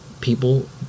people